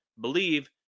BELIEVE